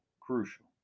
Crucial